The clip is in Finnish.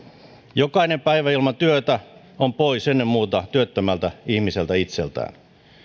jokainen päivä ilman työtä on pois ennen muuta työttömältä ihmiseltä itseltään